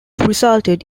resulted